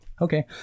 Okay